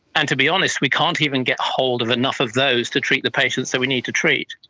and to be honest we can't even get hold of enough of those to treat the patients that we need to treat.